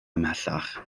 ymhellach